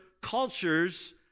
cultures